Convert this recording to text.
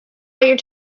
what